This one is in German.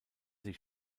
sie